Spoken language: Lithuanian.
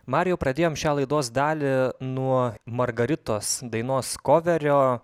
marijau pradėjom šią laidos dalį nuo margaritos dainos koverio